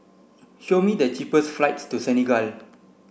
show me the cheapest flights to Senegal